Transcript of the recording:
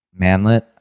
manlet